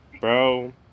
Bro